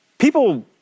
People